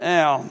Now